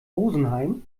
rosenheim